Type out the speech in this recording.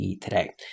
today